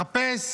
מחפש